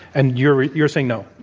and you're you're saying no.